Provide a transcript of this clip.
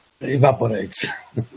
evaporates